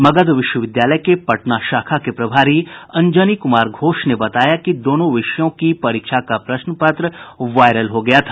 मगध विश्वविद्यालय के पटना शाखा के प्रभारी अंजनी कुमार घोष ने बताया कि दोनों विषयों की परीक्षा का प्रश्न पत्र वायरल हो गया था